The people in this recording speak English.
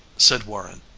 said warren.